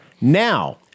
Now